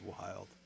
wild